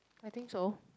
I think so